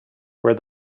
where